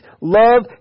love